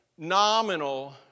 Nominal